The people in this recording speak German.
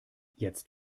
jetzt